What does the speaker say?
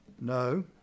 No